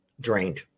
Drained